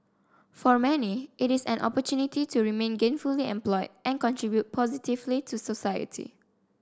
for many it is an opportunity to remain gainfully employed and contribute positively to society